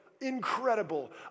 incredible